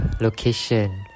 location